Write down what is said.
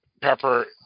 Pepper